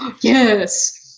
yes